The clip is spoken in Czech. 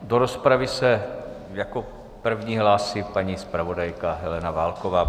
Do rozpravy se jako první hlásí paní zpravodajka Helena Válková.